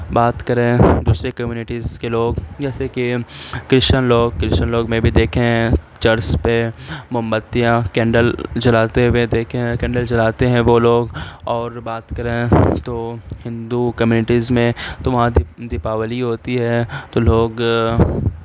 بات کریں دوسری کمیونٹیز کے لوگ جیسے کہ کرسچن لوگ کرسچن لوگ میں بھی دیکھے ہیں چرس پہ موم بتیاں کینڈل جلاتے ہوئے دیکھے ہیں کینڈل جلاتے ہیں وہ لوگ اور بات کریں تو ہندو کمیونٹیز میں تو وہاں دیپاولی ہوتی ہے تو لوگ